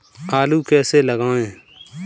आलू कैसे लगाएँ?